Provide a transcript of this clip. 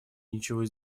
ничего